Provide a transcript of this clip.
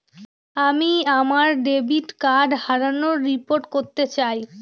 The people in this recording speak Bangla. আমি আমার ডেবিট কার্ড হারানোর রিপোর্ট করতে চাই